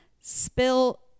spill